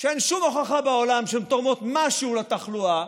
שאין שום הוכחה בעולם שהן תורמות משהו לתחלואה,